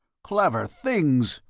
clever things!